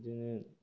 बिदिनो